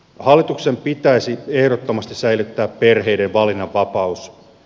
hallituksen pitäisi ehdottomasti säilyttää perheiden valinnanvapaus